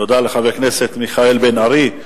תודה לחבר הכנסת מיכאל בן-ארי.